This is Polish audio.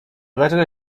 dlaczego